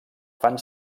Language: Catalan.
fan